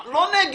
אנחנו לא נגד.